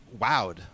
wowed